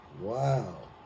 Wow